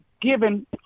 given